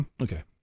Okay